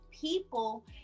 people